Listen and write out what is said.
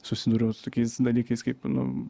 susidūriau su tokiais dalykais kaip nu